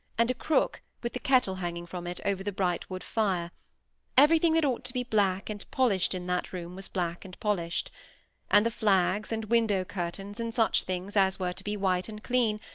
and crook, with the kettle hanging from it, over the bright wood-fire everything that ought to be black and polished in that room was black and polished and the flags, and window-curtains, and such things as were to be white and clean,